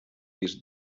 disc